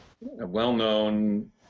well-known